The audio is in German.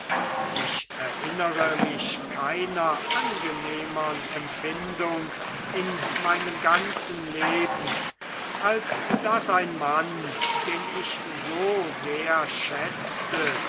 ich erinnere mich keiner angenehmern empfindung in meinem ganzen leben als daß ein mann den ich so sehr schätzte